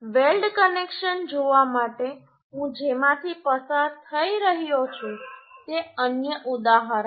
weld connection જોવા માટે હું જેમાંથી પસાર થઈ રહ્યો છું તે અન્ય ઉદાહરણ